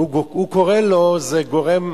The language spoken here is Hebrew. והוא קורא לו, גורם